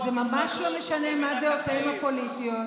וזה ממש לא משנה מה דעותיהם הפוליטיות,